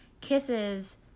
kisses